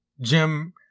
Jim